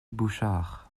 bouchard